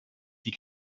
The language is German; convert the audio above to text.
die